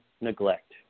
neglect